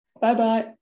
Bye-bye